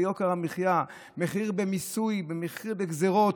מחיר ביוקר המחיה, מחיר במיסוי ומחיר בגזרות.